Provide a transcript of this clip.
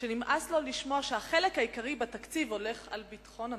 שנמאס לו לשמוע שהחלק העיקרי בתקציב הולך על ביטחון המדינה,